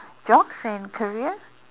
jobs and career